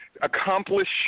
accomplish